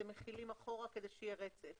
אתם מחילים אחורה כדי שיהיה רצף